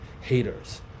haters